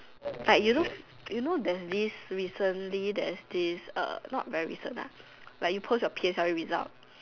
like you know there's this recently there's this uh not very recent ah like you post your P_S_L_E results